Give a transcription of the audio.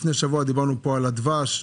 לפני שבוע דיברנו פה על הדבש,